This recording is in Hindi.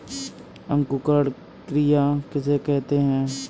अंकुरण क्रिया किसे कहते हैं?